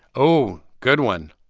oh, good one.